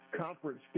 conference